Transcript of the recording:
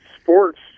sports